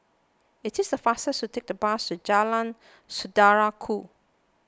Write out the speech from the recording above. it is the faster to take the bus to Jalan Saudara Ku